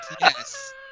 yes